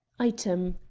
item,